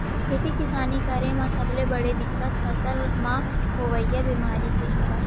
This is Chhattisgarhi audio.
खेती किसानी करे म सबले बड़े दिक्कत फसल म होवइया बेमारी के हवय